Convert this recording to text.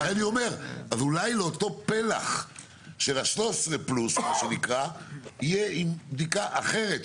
אולי לאותו פלח של ה-13 פלוס שנים תהיה בדיקה אחרת,